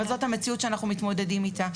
אבל זאת המציאות שאנחנו מתמודדים איתה.